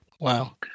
Wow